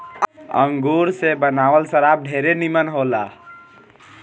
अंगूर से बनावल शराब ढेरे निमन होला